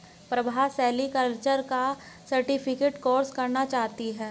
Prabha sericulture का certificate course करना चाहती है